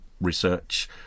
research